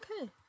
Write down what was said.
Okay